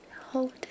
hold